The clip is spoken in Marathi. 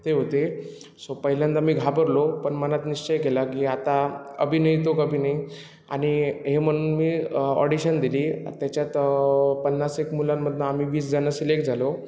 ते होते सो पहिल्यांदा मी घाबरलो पण मनात निश्चय केला की आता अभी नही तो कभी नही आणि हे म्हणून मी ऑडिशन दिली त्याच्यात पन्नास एक मुलांमधनं आम्ही वीस जणं सिलेक्ट झालो